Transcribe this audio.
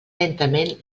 lentament